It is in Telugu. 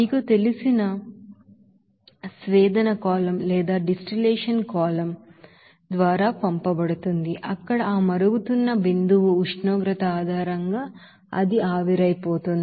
మీకు తెలిసిన మీకు తెలిసిన డిస్టిలేషన్ కాలమ్ ద్వారా పంపబడుతుంది అక్కడ ఆ బొయిలింగ్ పాయింట్ ఉష్ణోగ్రత ఆధారంగా అది ఆవిరైపోతుంది